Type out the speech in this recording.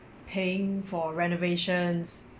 paying for renovations